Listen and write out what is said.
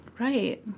Right